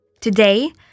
Today